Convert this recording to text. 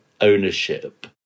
ownership